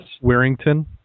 Warrington